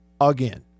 again